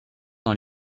dans